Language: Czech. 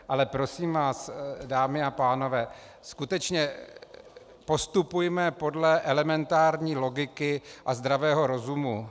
Ale prosím vás, dámy a pánové, skutečně postupujme podle elementární logiky a zdravého rozumu.